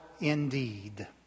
indeed